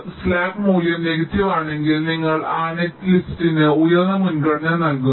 slack മൂല്യം negative ആണെങ്കിൽ നിങ്ങൾ ആ നെറ്സ്സിനു ഉയർന്ന മുൻഗണന നൽകുന്നു